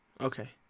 Okay